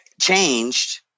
changed